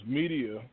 media